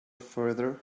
further